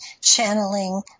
channeling